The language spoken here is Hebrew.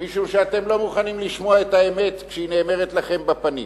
משום שאתם לא מוכנים לשמוע את האמת כשהיא נאמרת לכם בפנים.